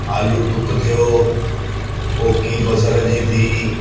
आलू टुक थियो कोकी बसरि जी थी